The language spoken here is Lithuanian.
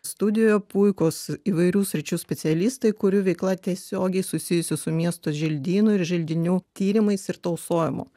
studijoje puikūs įvairių sričių specialistai kurių veikla tiesiogiai susijusi su miesto želdynų ir želdinių tyrimais ir tausojimu